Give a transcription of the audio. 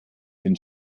den